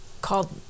Called